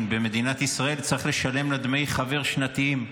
במדינת ישראל צריך לשלם לה דמי חבר שנתיים.